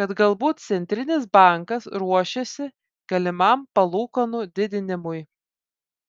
kad galbūt centrinis bankas ruošiasi galimam palūkanų didinimui